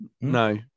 No